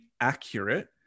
accurate